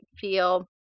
feel